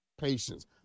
patience